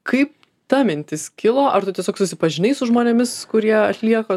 kaip ta mintis kilo ar tu tiesiog susipažinai su žmonėmis kurie atlieka